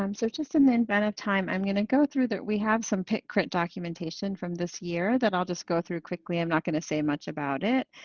um so just in the amount and but of time, i'm gonna go through that we have some pit crit documentation from this year that i'll just go through quickly. i'm not gonna say much about it,